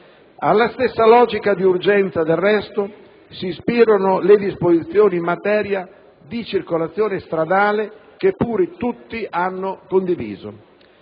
Alla stessa logica di urgenza, del resto, si ispirano le disposizioni in materia di circolazione stradale, che pure tutti hanno condiviso.